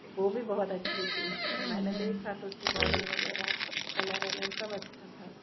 वो भी बहुत अच्छी थी मैंने देखा तो उसकी बोडर वगैरह कलर अलर सब अच्छा था